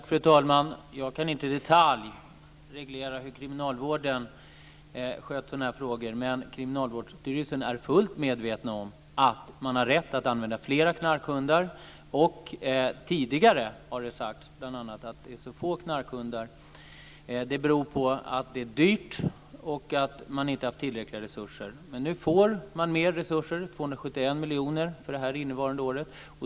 Fru talman! Jag kan inte i detalj reglera hur kriminalvården sköter frågor, men Kriminalvårdsstyrelsen är fullt medveten om att man har rätt att använda flera knarkhundar. Tidigare har det bl.a. sagts att det är så få knarkhundar beroende på att det är dyrt och på att man inte har haft tillräckliga resurser. Men nu får man mer resurser, 271 miljoner för det innevarande året.